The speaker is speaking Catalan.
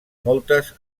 moltes